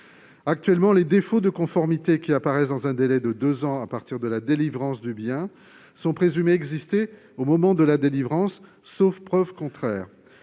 Actuellement, les défauts de conformité qui apparaissent dans un délai de deux ans à partir de la délivrance du bien sont présumés exister au moment de celle-ci, sauf preuve contraire.